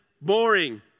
boring